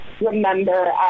remember